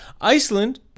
Iceland